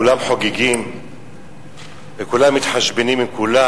כולם חוגגים וכולם מתחשבנים עם כולם.